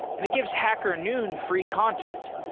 and it gives hacker noon free content.